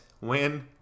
win